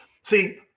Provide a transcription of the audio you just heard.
See